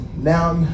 Now